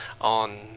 on